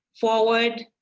forward